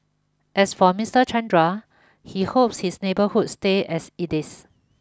as for Mister Chandra he hopes his neighbourhood stay as it is